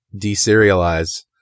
deserialize